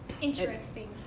Interesting